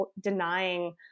denying